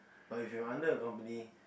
but if you under a company